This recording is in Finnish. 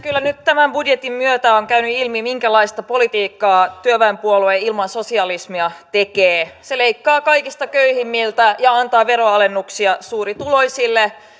kyllä nyt tämän budjetin myötä on käynyt ilmi minkälaista politiikkaa työväenpuolue ilman sosialismia tekee se leikkaa kaikista köyhimmiltä ja antaa veronalennuksia suurituloisille